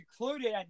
included